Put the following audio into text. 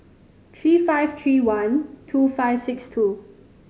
three five three one two five six two